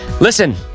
Listen